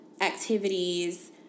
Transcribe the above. activities